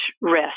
risk